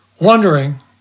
Wondering